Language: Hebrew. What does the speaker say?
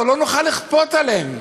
לא נוכל לכפות עליהם.